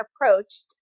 approached